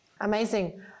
Amazing